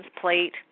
plate